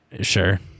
Sure